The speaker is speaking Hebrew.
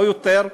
או יותר,